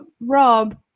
Rob